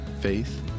Faith